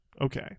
Okay